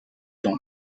ans